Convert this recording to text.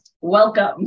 Welcome